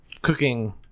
cooking